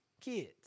Kids